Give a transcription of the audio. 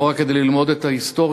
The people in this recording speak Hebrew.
לא רק כדי ללמוד את ההיסטוריה